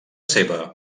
seva